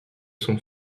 son